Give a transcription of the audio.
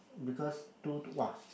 because two to !wah!